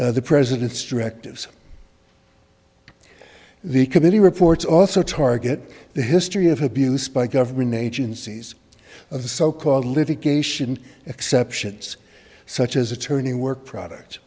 the the president's directives the committee reports also target the history of abuse by government agencies of the so called litigation exceptions such as attorney work product